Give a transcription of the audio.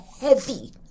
heavy